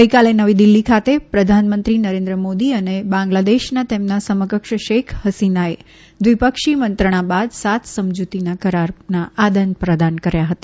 ગઇકાલે નવી દિલ્હી ખાતે પ્રધાનમંત્રી નરેન્દ્ર મોદૂ અને બાંગ્લાદેશના તેમના સમકક્ષ શેખ હસીનાએ દ્વિપક્ષી મંત્રણા બાદ સાત સમજૂતી કરારના આદાન પ્રદાન કર્યા હતા